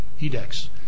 EDEX